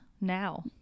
now